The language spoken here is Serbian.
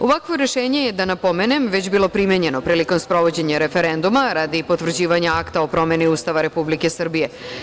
Ovakvo rešenje je, da napomenem, već bilo primenjeno prilikom sprovođenja referenduma radi potvrđivanja akta o promeni Ustava Republike Srbije.